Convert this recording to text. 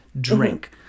Drink